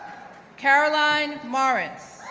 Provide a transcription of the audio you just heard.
caroline morris,